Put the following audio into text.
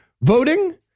voting